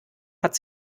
hat